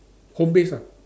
home based ah